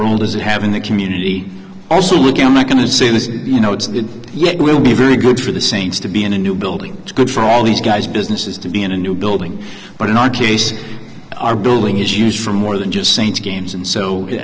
role does it have in the community also look i'm not going to say this is you know it's the yeah it will be very good for the saints to be in a new building it's good for all these guys businesses to be in a new building but in our case our building is used for more than just saints games and so